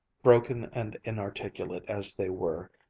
broken and inarticulate as they were,